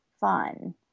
fun